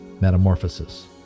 metamorphosis